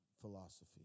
philosophy